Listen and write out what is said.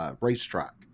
racetrack